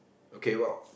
okay what